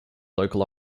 local